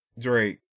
Drake